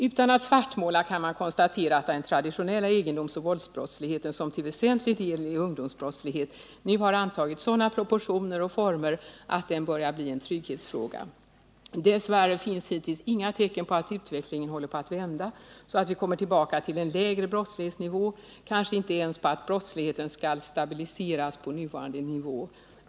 —-- Utan att svartmåla kan man konstatera att den traditionella egendomsoch våldsbrottsligheten, som till väsentlig del är ungdomsbrottslighet, nu har antagit sådana proportioner och former att den börjar bli en trygghetsfråga. Dessvärre finns hittills inga tecken på att utvecklingen håller på att vända, så att vi kommer tillbaka till en lägre brottslighetsnivå, kanske inte ens på att brottsligheten skall stabiliseras på nuvarande nivå.